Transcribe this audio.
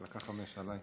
קח חמש, עליי.